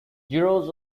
zeros